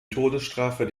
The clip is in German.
todesstrafe